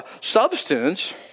substance